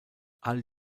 all